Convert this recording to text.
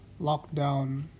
lockdown